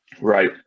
Right